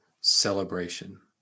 celebration